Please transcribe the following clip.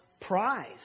prize